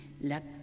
let